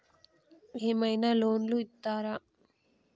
ఏమైనా లోన్లు ఇత్తరా?